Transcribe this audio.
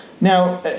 Now